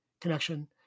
connection